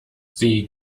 sie